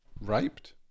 Raped